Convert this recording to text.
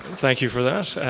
thank you for that.